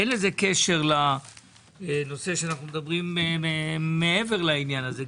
אין לזה קשר לנושא שאנחנו מדברים מעבר לעניין הזה.